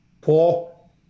paul